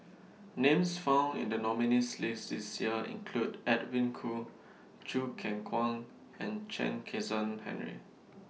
Names found in The nominees' list This Year include Edwin Koo Choo Keng Kwang and Chen Kezhan Henri